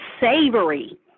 savory